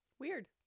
Weird